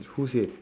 who said